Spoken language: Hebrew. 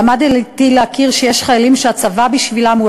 ולמדתי להכיר שיש חיילים שהצבא בשבילם הוא